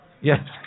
Yes